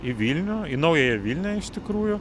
į vilnių į naująją vilnią iš tikrųjų